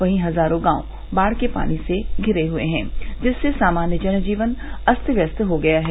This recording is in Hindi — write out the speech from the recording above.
वहीं हजारों गांव बाढ़ के पानी से घिरे हए हैं जिससे सामान्य जनजीवन अस्त व्यस्त हो गया है